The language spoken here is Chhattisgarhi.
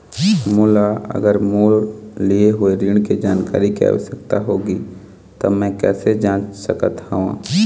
मोला अगर मोर लिए हुए ऋण के जानकारी के आवश्यकता होगी त मैं कैसे जांच सकत हव?